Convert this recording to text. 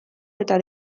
eta